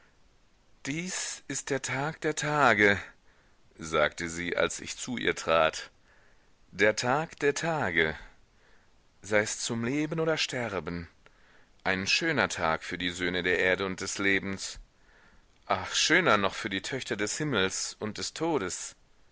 dies ist der tag der tage sagte sie als ich zu ihr trat der tag der tage sei es zum leben oder sterben ein schöner tag für die söhne der erde und des lebens ah schöner noch für die töchter des himmels und des todes